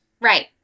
Right